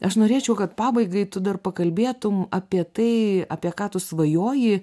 aš norėčiau kad pabaigai tu dar pakalbėtum apie tai apie ką tu svajoji